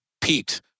peaked